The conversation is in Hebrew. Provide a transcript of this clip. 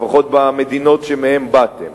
לפחות במדינות שמהן באתם.